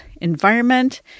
environment